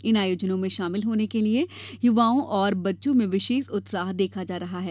इन आयोजनों में शामिल होने के लिये युवाओं और बच्चों में विशेष उत्साह देखा जा रहा है